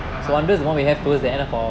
(uh huh)